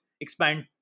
expand